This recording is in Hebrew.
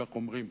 כך אומרים,